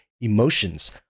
Emotions